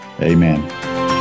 Amen